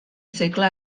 segle